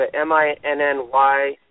M-I-N-N-Y